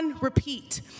repeat